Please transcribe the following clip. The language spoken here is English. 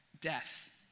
death